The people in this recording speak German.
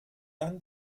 dann